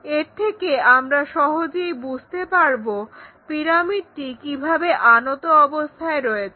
এর থেকে আমরা সহজেই বুঝতে পারব পিরামিডটি কিভাবে আনত অবস্থায় রয়েছে